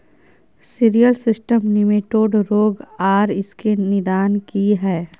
Cereal system nematode रोग आर इसके निदान की हय?